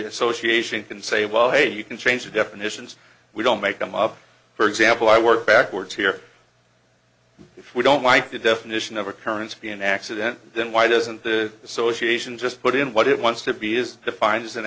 association can say well hey you can change the definitions we don't make them up for example i work backwards here if we don't like the definition of occurrence be an accident then why doesn't the association just put in what it wants to be is defined a